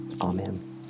Amen